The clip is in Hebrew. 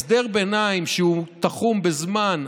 הסדר ביניים שהוא תחום בזמן,